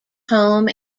home